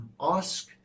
Ask